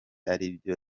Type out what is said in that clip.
aribyo